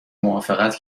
موافقت